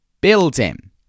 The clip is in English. building